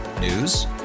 News